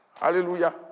Hallelujah